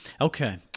Okay